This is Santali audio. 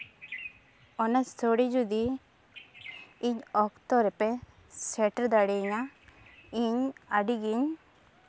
ᱚᱱᱟ ᱥᱳᱲᱮ ᱡᱩᱫᱤ ᱤᱧ ᱚᱠᱛᱚ ᱨᱮᱯᱮ ᱥᱮᱴᱮᱨ ᱫᱟᱲᱮᱭᱟᱹᱧᱟ ᱤᱧ ᱟᱹᱰᱤᱜᱤᱧ